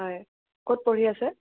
হয় ক'ত পঢ়ি আছে